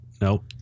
Nope